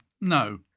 No